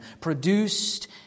produced